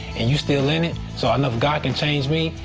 and you're still in it? so i know if god can change me,